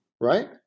right